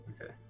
Okay